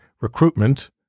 recruitment